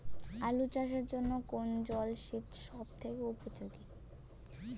আলু চাষের জন্য কোন জল সেচ সব থেকে উপযোগী?